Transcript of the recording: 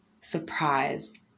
surprised